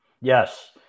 Yes